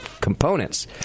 components